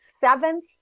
Seventh